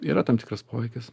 yra tam tikras poveikis